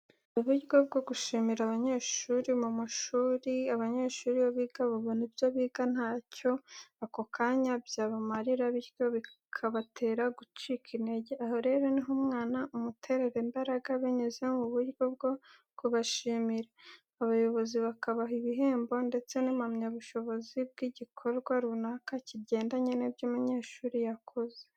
Hari uburyo bwo gushimira abanyeshyuri mu mashuri, abanyeshuri iyo biga babona ibyo biga ntacyo ako kanya byabamarira, bityo bikabatera gucika intege. Aho rero ni ho umwana umuterera imbaraga binyuze mu buryo bwo kubashimira. Abayobozi bakabaha ibihembo ndetse n’impamyabushobozi bw’igikorwa runaka kigendanye n'ibyo umunyeshyuri yakoze.